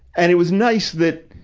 and it was nice that,